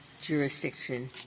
jurisdiction